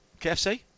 KFC